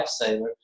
lifesaver